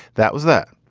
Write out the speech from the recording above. that was that.